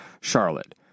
Charlotte